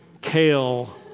Kale